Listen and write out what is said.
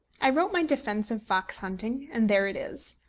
i wrote my defence of fox-hunting, and there it is.